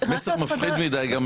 --- אולי אותך זה לא